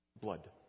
Blood